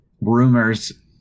rumors